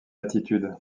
attitude